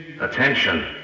Attention